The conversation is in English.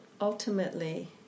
ultimately